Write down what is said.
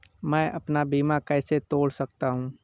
मैं अपना बीमा कैसे तोड़ सकता हूँ?